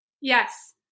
yes